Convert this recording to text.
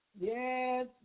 Yes